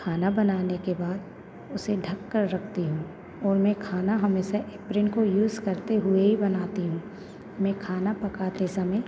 खाना बनाने के बाद उसे ढक कर रखती हूँ और मैं कहना को हमेशा एप्रेेन को यूज करते हुए ही बनाती हूँ मैं खाना पकाते समय